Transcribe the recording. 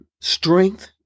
strength